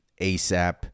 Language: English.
asap